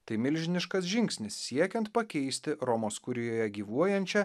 tai milžiniškas žingsnis siekiant pakeisti romos kurijoje gyvuojančią